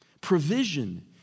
Provision